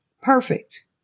perfect